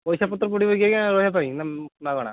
ହୁଁ ପଇସାପତ୍ର ପଡ଼ିବ କି ଆଜ୍ଞା ରହିବା ପାଇଁ ନା ମାଗଣା